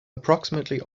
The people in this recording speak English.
approximately